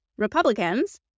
Republicans